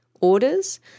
orders